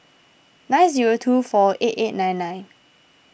nine zero two four eight eight nine nine